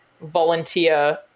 volunteer